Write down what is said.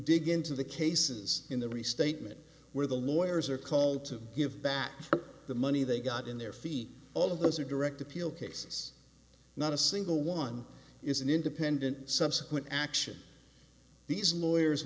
dig into the cases in the restatement where the lawyers are called to give back the money they got in their feet all of those are direct appeal cases not a single one is an independent subsequent action these lawyers